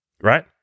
right